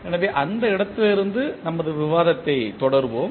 எனவே அந்த இடத்திலிருந்து நமது விவாதத்தைத் தொடருவோம்